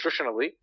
nutritionally